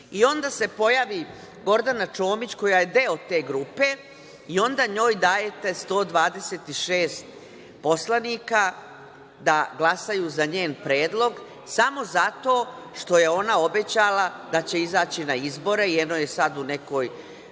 I, onda se pojavi Gordana Čomić, koja je deo te grupe, i onda njoj dajete 126 poslanika da glasaju za njen predlog samo zato što je ona obećala da će izaći na izbore. Eno je sad u nekoj